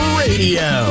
radio